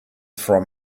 from